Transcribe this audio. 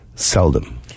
Seldom